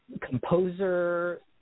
composer